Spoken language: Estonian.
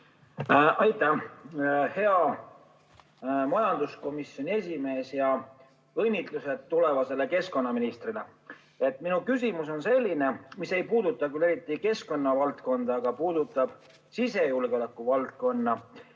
Aitäh! Hea majanduskomisjoni esimees, õnnitlused tulevasele keskkonnaministrile! Minu küsimus ei puuduta küll eriti keskkonna valdkonda, aga puudutab sisejulgeoleku valdkonda.